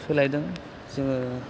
सोलायदों जोङो